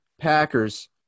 Packers